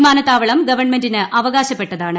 വിമാനത്താവളം ഗവൺമെന്റിന് അവകാശപ്പെട്ടതാണ്